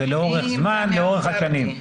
זה לאורך זמן, לאורך השנים.